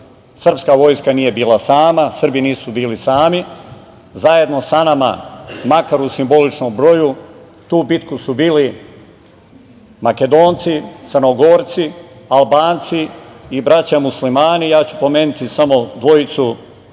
srpska vojska nije bila sama, Srbi nisu bili sami, zajedno sa nama, makar u simboličnom broju tu bitku su bili Makedonci, Crnogorci, Albanci i braća Muslimani. Pomenuću samo dvojicu